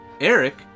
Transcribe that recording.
Eric